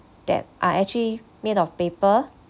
that are actually made of paper